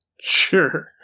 Sure